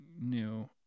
new